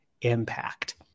impact